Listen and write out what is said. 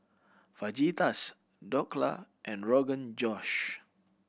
Fajitas Dhokla and Rogan Josh